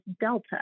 delta